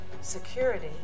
Security